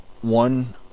One